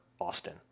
Austin